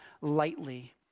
lightly